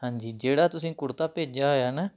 ਹਾਂਜੀ ਜਿਹੜਾ ਤੁਸੀਂ ਕੁੜਤਾ ਭੇਜਿਆ ਹੋਇਆ ਨਾ